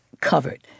covered